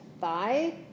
thigh